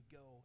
go